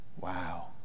wow